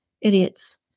idiots